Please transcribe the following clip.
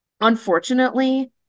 unfortunately